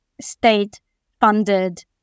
state-funded